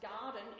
garden